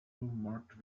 marked